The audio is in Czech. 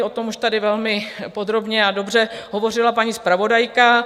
O tom už tady velmi podrobně a dobře hovořila paní zpravodajka.